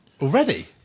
already